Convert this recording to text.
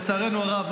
לצערנו הרב,